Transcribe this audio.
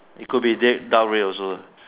it could be they dark red also lah